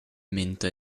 mento